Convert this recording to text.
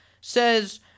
says